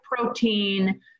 protein